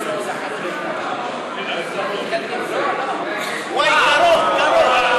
של קבוצת סיעת המחנה הציוני לפני סעיף 1 לא נתקבלה.